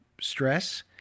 stress